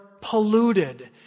polluted